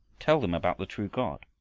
tell them about the true god.